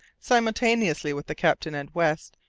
simultaneously with the captain and west,